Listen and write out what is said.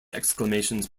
exclamations